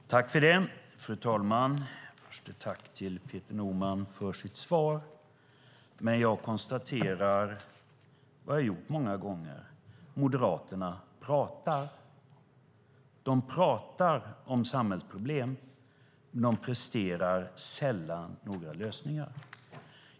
Fru talman! Jag vill börja med att tacka Peter Norman för hans svar. Jag konstaterar dock, vilket jag gjort många gånger, att Moderaterna pratar. De pratar om samhällsproblem, men de presenterar sällan några lösningar.